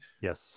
Yes